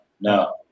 no